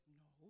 no